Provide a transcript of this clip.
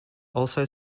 also